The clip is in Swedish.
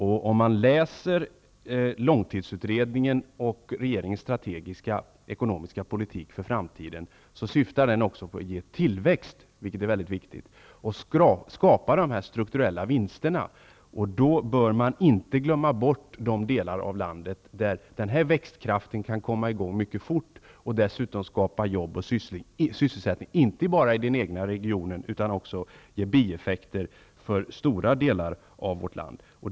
Om man läser långtidsutredningen och regeringens strategiska ekonomiska politik för framtiden, finner man att den också syftar till att ge tillväxt, vilket är mycket viktigt, och att skapa strukturella vinster. Då bör man inte glömma bort de delar av landet där den här växtkraften kan komma i gång mycket fort och inte bara skapa sysselsättning i den egna regionen utan också ge bieffekter i stora delar av vårt land.